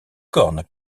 cornes